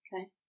Okay